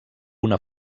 una